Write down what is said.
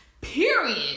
Period